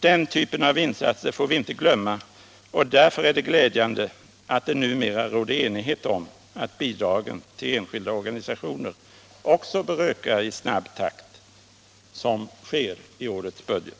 Den typen av insatser får vi inte glömma, och därför är det glädjande att det numera råder enighet om att bidrag till enskilda organisationer också bör öka i snabb takt, såsom sker i årets budget.